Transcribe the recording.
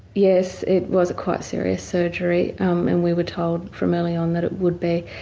yes, it was quite serious surgery um and we were told from early on that it would be,